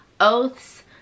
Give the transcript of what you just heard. oaths